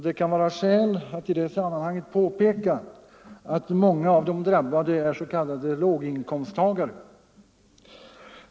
Det kan i detta sammanhang vara skäl i att påminna om att många av de drabbade är låginkomsttagare.